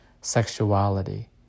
sexuality